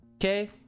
Okay